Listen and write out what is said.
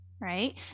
right